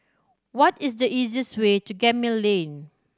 what is the easiest way to Gemmill Lane